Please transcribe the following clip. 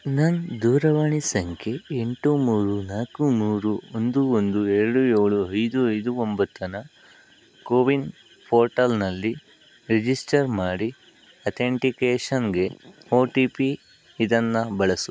ನನ್ನ ದೂರವಾಣಿ ಸಂಖ್ಯೆ ಎಂಟು ಮೂರು ನಾಲ್ಕು ಮೂರು ಒಂದು ಒಂದು ಎರಡು ಏಳು ಐದು ಐದು ಒಂಭತ್ತನ್ನ ಕೋವಿನ್ ಪೋರ್ಟಲಿನಲ್ಲಿ ರಿಜಿಸ್ಟರ್ ಮಾಡಿ ಅತೆಂಟಿಕೇಷನ್ನಿಗೆ ಓ ಟಿ ಪಿ ಇದನ್ನು ಬಳಸು